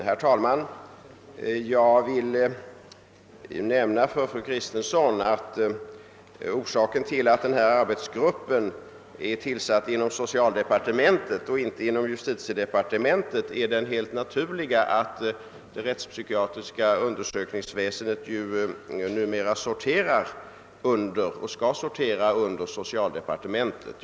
Herr talman! Jag vill nämna för fru Kristensson att orsaken till att ifrågavarande arbetsgrupp är tillsatt inom socialdepartementet och inte inom justitiedepartementet är att det rättspsykiatriska undersökningsväsendet numera sorterar under och skall sortera under socialdepartementet.